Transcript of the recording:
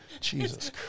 Jesus